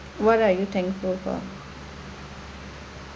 what are you thankful for